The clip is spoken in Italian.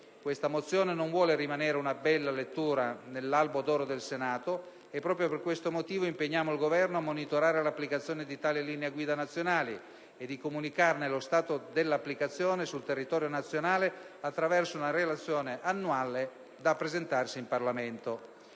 Questa mozione non vuole rimanere una bella lettura nell'albo d'oro del Senato e, proprio per questo motivo, impegniamo il Governo a monitorare l'applicazione di tali linee guida nazionali e a comunicarne lo stato dell'applicazione sul territorio nazionale attraverso una relazione annuale da presentare in Parlamento.